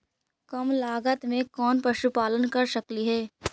कम लागत में कौन पशुपालन कर सकली हे?